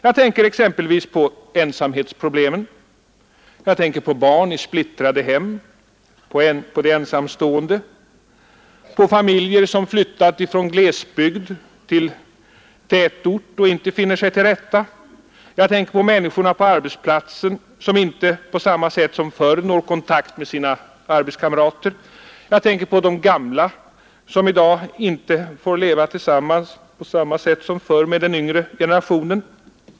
Jag tänker exempelvis på ensamhetsproblemen, på barnen i splittrade hem, på de ensamstående, på familjer som har flyttat från glesbygd till tätort och inte finner sig till rätta, på människorna på arbetsplatsen som inte på samma sätt som förr når kontakt med sina arbetskamrater samt på de gamla som i dag inte får leva tillsammans med den yngre generationen på samma sätt som förr.